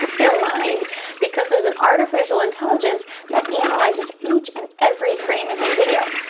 your mind because there's an artificial intelligence that analyzes each and every frame of your video.